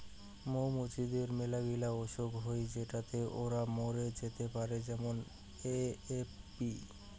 মৌ মুচিদের মেলাগিলা অসুখ হই যেটোতে ওরা মরে যেতে পারে যেমন এ.এফ.বি